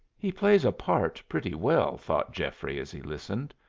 he plays a part pretty well, thought geoffrey as he listened.